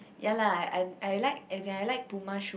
ya lah I I like and I like Puma shoe